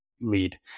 lead